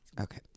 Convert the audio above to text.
Okay